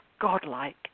godlike